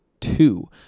two